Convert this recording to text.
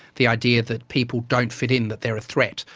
the idea that people don't fit it, and that they're a threat.